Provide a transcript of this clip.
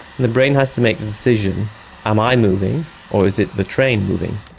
and the brain has to make the decision am i moving or is it the train moving?